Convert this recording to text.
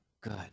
good